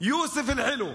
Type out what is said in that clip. יוסף אל-חילו,